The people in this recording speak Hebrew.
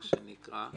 מה שנקרא,